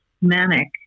manic